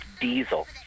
Diesel